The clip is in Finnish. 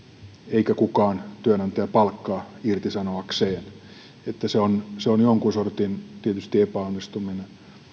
eikä kukaan työnantaja palkkaa irtisanoakseen se on tietysti jonkun sortin epäonnistuminen